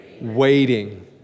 waiting